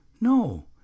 No